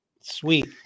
Sweet